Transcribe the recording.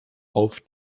auf